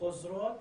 חוזרות